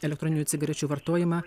elektroninių cigarečių vartojimą